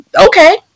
Okay